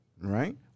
right